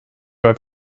have